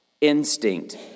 instinct